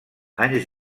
anys